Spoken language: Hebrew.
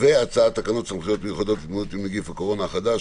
סדר-היום תקנות סמכויות מיוחדות להתמודדות עם נגיף הקורונה החדש,